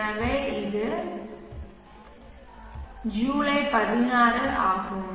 எனவே இது 196 இது ஜூலை 16 ஆகும்